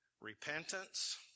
Repentance